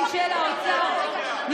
כל עם ישראל שווים, אחים.